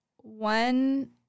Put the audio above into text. one